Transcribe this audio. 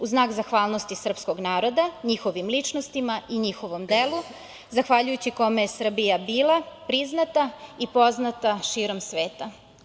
U znak zahvalnosti srpskog naroda i njihovih ličnosti, njihovom delu, zahvaljujući kome je Srbija bila priznata i poznata širom sveta.